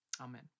Amen